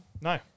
No